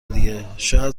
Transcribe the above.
دیگه، شاید